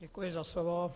Děkuji za slovo.